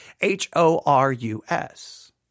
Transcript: H-O-R-U-S